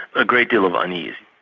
a great deal of unease.